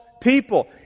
people